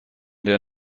der